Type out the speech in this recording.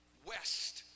west